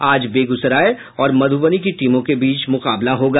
आज बेगूसराय और मधुबनी की टीमों के बीच मुकाबला होगा